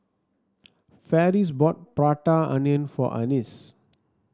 Ferris bought Prata Onion for Annis